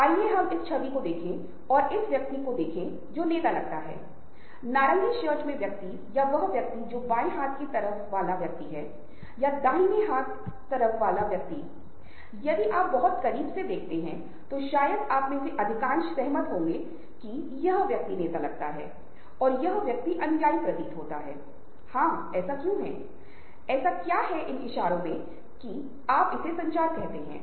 यदि आप सामाजिककरण करने जा रहे हैं यदि आप हमारे संचार कौशल के साथ साथ हमारे सॉफ्ट स्किल का भी अच्छा उपयोग करने जा रहे हैं तो समाजीकरण महत्वपूर्ण है क्योंकि आपको कनेक्शन की आवश्यकता है आपको प्रभाव डालने की आवश्यकता है